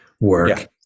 work